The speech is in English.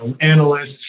analysts